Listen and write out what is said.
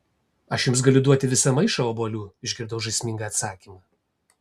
aš jums galiu duoti visą maišą obuolių išgirdau žaismingą atsakymą